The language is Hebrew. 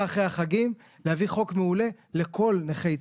אחרי החגים להביא חוק מעולה לכל נכי צה"ל.